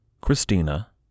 Christina